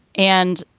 and,